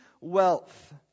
wealth